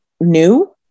new